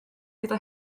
gyda